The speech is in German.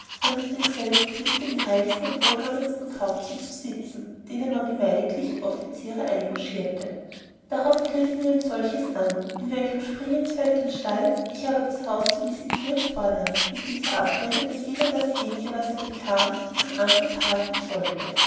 in denselben pflegten die reichste und wohlhabenste kauzen zu sitzen denen man gemeiniglich die offizierer einlogierte darauf griffen wir ein solches an in welchem springinsfeld den stall ich aber das haus zu visitieren vornahm mit dieser abrede daß jeder dasjenige was er bekäm mit dem andern parten sollte